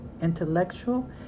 intellectual